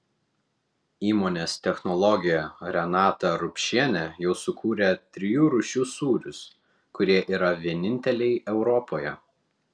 įmonės technologė renata rupšienė jau sukūrė trijų rūšių sūrius kurie yra vieninteliai europoje